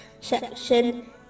section